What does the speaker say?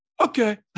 okay